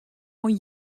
oan